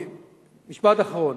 משפט אחרון.